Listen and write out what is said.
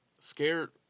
Scared